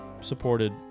supported